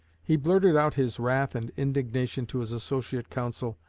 he blurted out his wrath and indignation to his associate counsel,